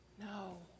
No